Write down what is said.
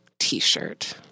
t-shirt